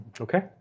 Okay